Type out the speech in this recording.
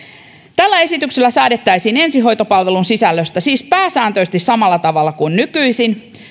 tällä esityksellä säädettäisiin ensihoitopalvelun sisällöstä siis pääsääntöisesti samalla tavalla kuin nykyisin